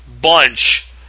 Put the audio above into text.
bunch